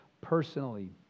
personally